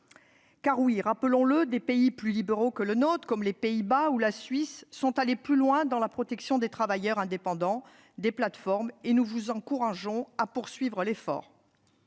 Car oui, rappelons-le, des pays plus libéraux que le nôtre, comme les Pays-Bas ou la Suisse, sont allés plus loin dans la protection des travailleurs indépendants des plateformes. Nous vous encourageons à poursuivre l'effort.